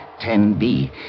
10B